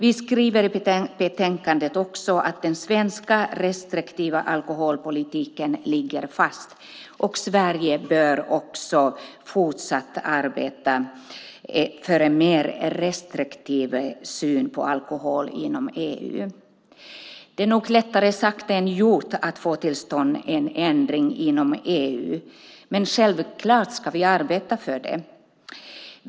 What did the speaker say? I betänkandet skriver vi också att den svenska restriktiva alkoholpolitiken ligger fast och att Sverige fortsatt bör arbeta för en mer restriktiv syn på alkohol inom EU. Det är nog lättare sagt än gjort att få till stånd en ändring inom EU, men självklart ska vi arbeta för det.